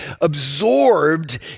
absorbed